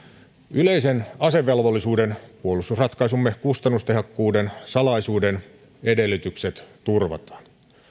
yleisen asevelvollisuuden puolustusratkaisumme kustannustehokkuuden salaisuuden edellytykset turvataan